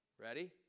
Ready